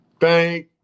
Thank